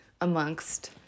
amongst